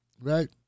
right